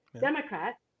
Democrats